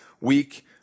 week